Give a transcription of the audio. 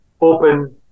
open